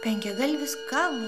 penkiagalvis kalnas